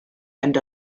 and